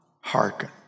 hearken